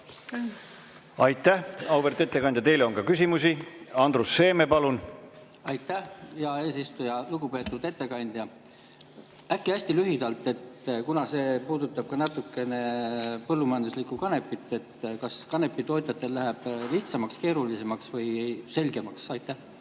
Aitäh! Auväärt ettekandja, teile on ka küsimusi. Andrus Seeme, palun! Aitäh, hea eesistuja! Lugupeetud ettekandja! Äkki hästi lühidalt, see puudutab natukene põllumajanduslikku kanepit: kas kanepitootjatel läheb lihtsamaks, keerulisemaks või selgemaks? Aitäh,